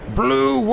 blue